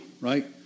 right